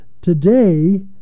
Today